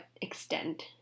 extent